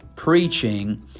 preaching